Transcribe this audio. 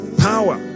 power